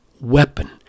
weapon